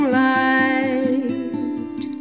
light